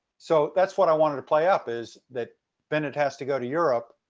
so that's what i wanted to play up is that bennett has to go to europe,